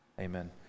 Amen